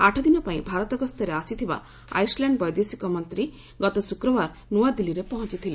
ଆଠଦିନ ପାଇଁ ଭାରତଗସ୍ତରେ ଆସିଥିବା ଆଇସଲାଣ୍ଡ ବୈଦେଶିକ ମନ୍ତ୍ରୀ ଗତ ଶୁକ୍ରବାର ନୂଆଦିଲ୍ଲୀରେ ପହଞ୍ଚଥିଲେ